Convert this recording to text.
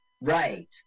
Right